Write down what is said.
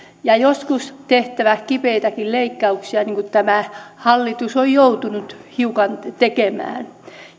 ja joskus tehtävä kipeitäkin leikkauksia niin kuin tämä hallitus on joutunut hiukan tekemään